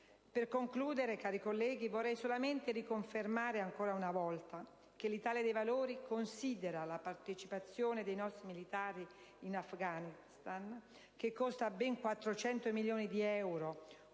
Per concludere, cari colleghi, vorrei solamente riconfermare ancora una volta che l'Italia dei Valori considera la partecipazione dei nostri militari in Afghanistan - che costa ben 400 milioni di euro,